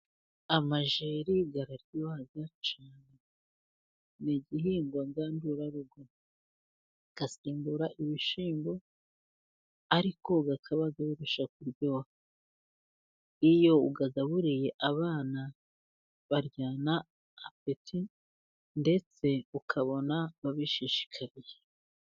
Amajeri araryoha cyane, ni igihingwa ngandurarugo, agasimbura ibishyimbo, ariko ko akaba abirusha kuryoha, iyo uyagaburiye abana baryana apeti, ndetse ukabona babishishikariye.